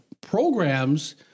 programs